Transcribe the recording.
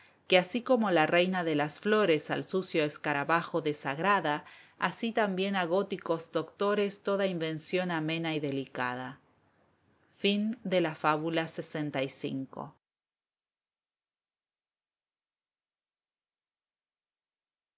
que así como la reina de las flores al sucio escarabajo desagrada así también a góticos doctores toda invención amena y delicada fábula lxvi